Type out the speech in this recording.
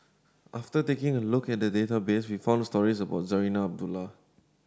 after taking a look at the database we found stories about Zarinah Abdullah